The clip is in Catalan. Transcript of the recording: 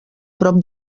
prop